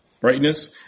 brightness